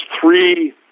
three